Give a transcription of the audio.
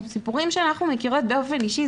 סיפורים שאנחנו מכירות באופן אישי,